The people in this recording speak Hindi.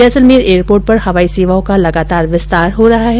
जैसलमेर एयरपोर्ट पर हवाई सेवाओं का लगातार विस्तार हो रहा है